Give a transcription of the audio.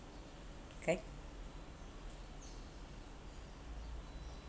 correct